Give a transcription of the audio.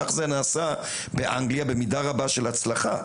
כך זה נעשה באנגליה במידה רבה של הצלחה.